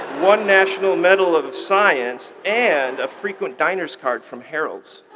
one national medal of science, and a frequent diners card from harold's.